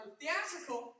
theatrical